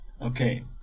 okay